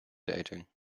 dating